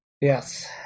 Yes